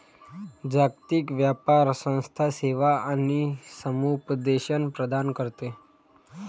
जागतिक व्यापार संस्था सेवा आणि समुपदेशन प्रदान करते